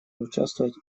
участвовать